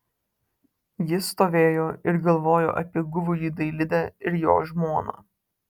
ji stovėjo ir galvojo apie guvųjį dailidę ir jo žmoną